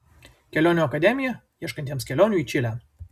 kelionių akademija ieškantiems kelionių į čilę